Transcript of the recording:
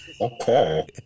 Okay